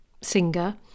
singer